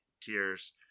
tears